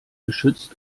geschützt